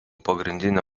pagrindinė